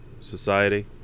society